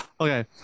Okay